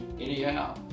Anyhow